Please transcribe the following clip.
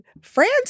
France